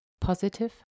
positive